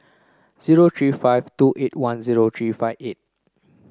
zero three five two eight one zero three five eight